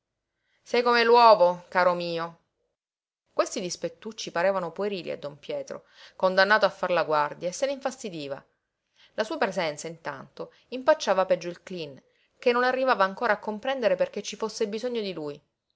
come l'uovo caro mio questi dispettucci parevano puerili a don pietro condannato a far la guardia e se ne infastidiva la sua presenza intanto impacciava peggio il cleen che non arrivava ancora a comprendere perché ci fosse bisogno di lui